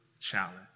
challenge